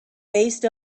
based